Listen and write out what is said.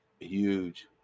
huge